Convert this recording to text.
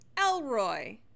Elroy